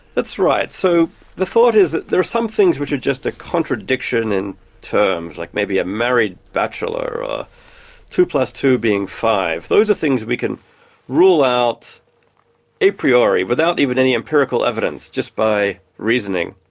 that's right. so the thought is that there are some things which are just a contradiction in terms, like maybe a married bachelor or two plus two being five. those are things that we can rule out a priori, without even any empirical evidence, just by reasoning.